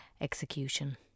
execution